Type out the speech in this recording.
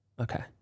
Okay